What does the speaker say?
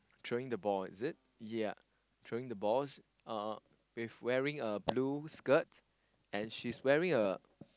throwing the ball is it ya throwing the balls uh with wearing a blue skirt and she's wearing a